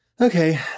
Okay